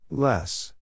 Less